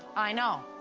i know.